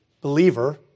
believer